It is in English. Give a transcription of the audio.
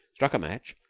struck a match,